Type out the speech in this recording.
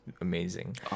amazing